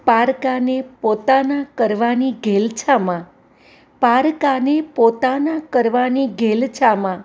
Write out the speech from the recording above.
પારકાને પોતાના કરવાની ઘેલછામાં પારકાને પોતાના કરવાની ઘેલછામાં